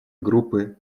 группы